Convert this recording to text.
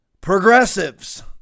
progressives